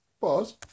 Pause